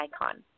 icon